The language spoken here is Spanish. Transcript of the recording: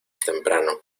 temprano